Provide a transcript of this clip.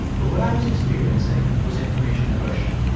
but what i was experiencing was information aversion.